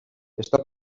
està